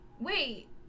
Wait